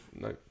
No